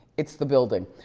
it's the building.